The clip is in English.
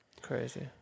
Crazy